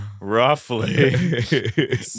roughly